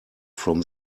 from